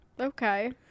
Okay